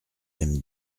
l’aime